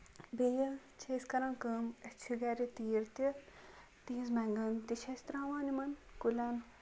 بیٚیہِ چھِ أسۍ کران کٲم أسۍ چھِ گرِ تیٖر تہِ تِہنٛز میٚگن تہِ چھِ أسۍ تراوان یِمن کُلین